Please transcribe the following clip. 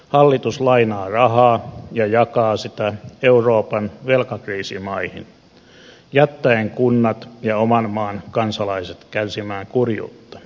hallitus lainaa rahaa ja jakaa sitä euroopan velkakriisimaihin jättäen kunnat ja oman maan kansalaiset kärsimään kurjuutta